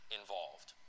involved